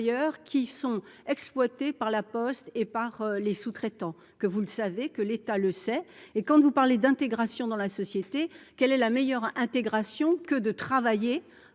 qui sont exploités par la Poste et par les sous-traitants, que vous le savez, que l'État le sait et quand vous parlez d'intégration dans la société, quelle est la meilleure intégration que de travailler